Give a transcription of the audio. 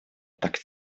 так